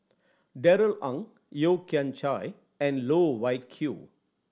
Darrell Ang Yeo Kian Chai and Loh Wai Kiew